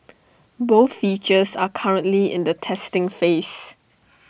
both features are currently in the testing phase